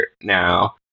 now